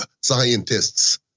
scientists